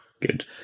Good